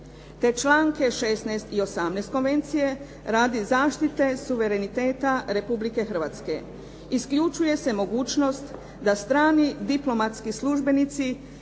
te članke 16. i 18. Konvencije radi zaštite suvereniteta Republike Hrvatske. Isključuje se mogućnost da strani diplomatski službenici